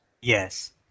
Yes